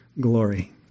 glory